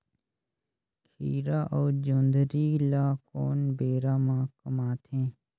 खीरा अउ जोंदरी ल कोन बेरा म कमाथे?